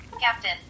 Captain